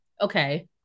Okay